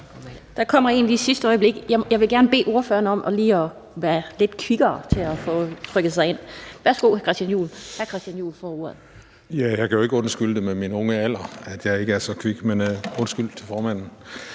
der kom en i sidste øjeblik. Jeg vil gerne bede ordførerne om lige at være lidt kvikkere til at få trykket sig ind. Værsgo, hr. Christian Juhl. Kl. 12:16 Christian Juhl (EL): Ja, jeg kan jo ikke undskylde det med min unge alder, at jeg ikke er så kvik, men undskyld til formanden.